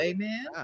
Amen